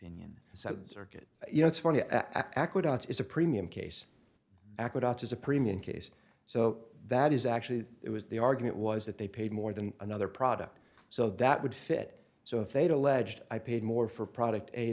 the circuit you know it's funny aqueducts is a premium case aqueducts is a premium case so that is actually it was the argument was that they paid more than another product so that would fit so if they'd alleged i paid more for product